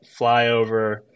Flyover